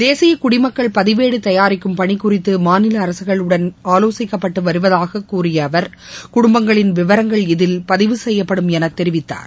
தேசிய குடிமக்கள் பதிவேடு தயாரிக்கும் பணி குறித்து மாநில அரசுகளுடன் ஆலோசிக்கப்பட்டு வருவதாக கூறிய அவர் குடும்பங்களின் விவரங்கள் இதில் பதிவு செய்யப்படும் என தெரிவித்தார்